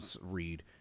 Read